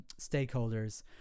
stakeholders